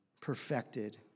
Perfected